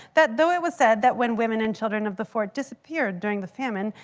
that though it was said that when women and children of the fort disappeared during the famine,